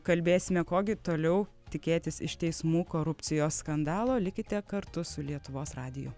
kalbėsime ko gi toliau tikėtis iš teismų korupcijos skandalo likite kartu su lietuvos radiju